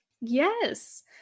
Yes